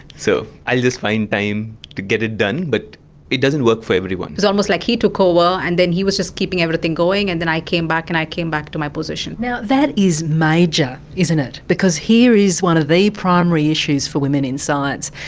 so i just find time to get it done. but it doesn't work for everyone was almost like he took over and then he was just keeping everything going and then i came back and i came back to my position. now, that is major, isn't it, because here is one of the primary issues for women in science,